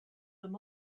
them